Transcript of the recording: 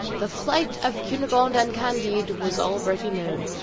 the flight of cunegonde and candide was already known.